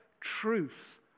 truth